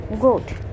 goat